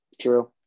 True